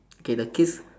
okay the kids